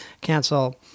cancel